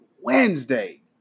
Wednesday